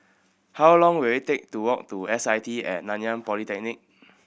how long will it take to walk to S I T At Nanyang Polytechnic